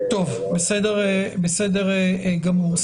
בסדר גמור,